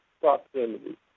proximity